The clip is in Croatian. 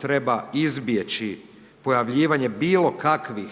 treba izbjeći pojavljivanje bilo kakvih